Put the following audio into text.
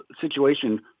situation